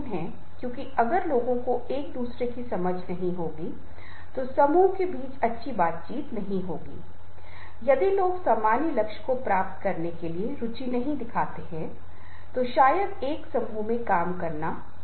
बाल्स 1950 से नेतृत्व की क्लासिक चर्चा ने उन लोगोंनेताओं को विभाजित किया है जो कार्य पर ध्यान केंद्रित करते हैं और जो समूह के सदस्यों की सामाजिक भावनात्मक भलाई पर ध्यान केंद्रित करते हैं